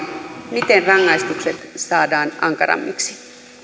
miten rangaistukset saadaan ankarammiksi